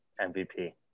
MVP